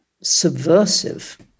subversive